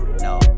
No